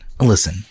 listen